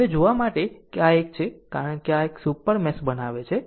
આમ તે જોવા માટે કે આ એક છે કારણ કે આ એક સુપર મેશ બનાવે છે